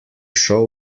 show